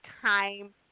time